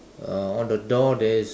uh on the door there is